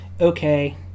okay